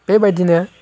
बेबायदिनो